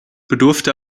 bedurfte